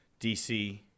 DC